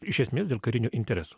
iš esmės dėl karinių interesų